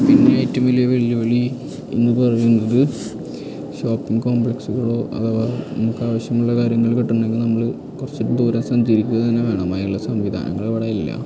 പിന്നെ ഏറ്റവും വലിയ വെല്ലുവിളി എന്ന് പറയുന്നത് ഷോപ്പിംഗ് കോംപ്ലെക്സുകളോ അഥവ നമുക്ക് ആവശ്യമുള്ള കാര്യങ്ങള് കിട്ടണമെങ്കില് നമ്മള് കുറച്ച് ദൂരം സഞ്ചരിക്കുക തന്നെ വേണം അതിനുള്ള സംവിധാനങ്ങളിവിടെ ഇല്ല